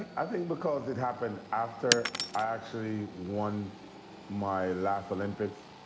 i think because it happened after i actually won my last olympics.